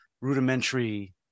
rudimentary